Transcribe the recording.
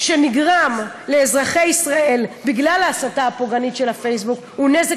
שנגרם לאזרחי ישראל בגלל ההסתה הפוגענית בפייסבוק הוא נזק,